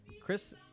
Chris